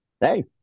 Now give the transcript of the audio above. hey